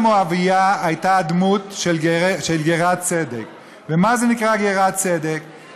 מי אתה שתגיד מי זה גר צדק ומי זה לא גר צדק?